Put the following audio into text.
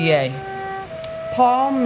Paul